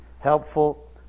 helpful